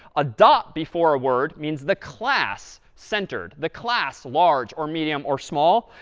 a dot before a word means the class centered, the class large or medium or small.